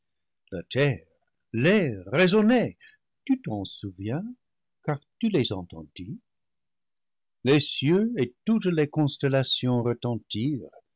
la terre l'air résonnaient tu t'en souviens car tu les entendis les cieux et toutes les constellations retentirent